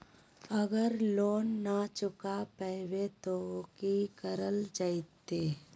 अगर लोन न चुका पैबे तो की करल जयते?